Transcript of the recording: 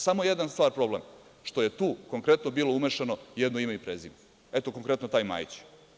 Samo jedna stvar je problem, što je tu konkretno bilo umešano jedno ime i prezime, konkretno taj Majić.